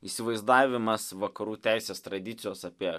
įsivaizdavimas vakarų teisės tradicijos apie